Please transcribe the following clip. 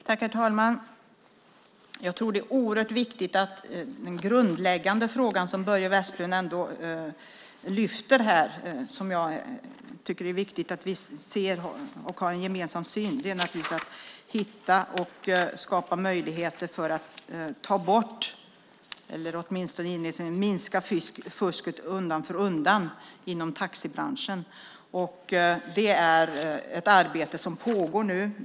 Herr talman! Jag tror att det är oerhört viktigt att vi har en gemensam syn i den grundläggande fråga som Börje Vestlund lyfter fram här. Det gäller att hitta och skapa möjligheter för att ta bort eller åtminstone minska fusket undan för undan inom taxibranschen. Det är ett arbete som pågår nu.